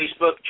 Facebook